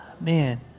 man